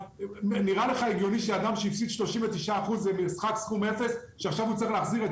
נראה לך הגיוני שאדם שהפסיד 39% בשכר סכום אפס יצטרך להחזיר עכשיו את